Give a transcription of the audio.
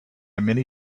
many